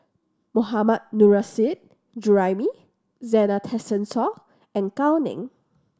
Mohammad Nurrasyid Juraimi Zena Tessensohn and Gao Ning